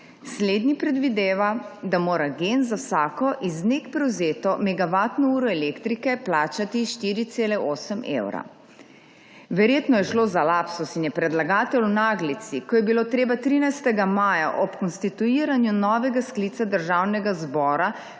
Slednji predvideva, da mora Gen za vsako iz NEK prevzeto megavatno uro elektrike plačati 4,8 evra. Verjetno je šlo za lapsus in je predlagatelj v naglici, ko je bilo treba 13. maja ob konstituiranju novega sklica državnega zbora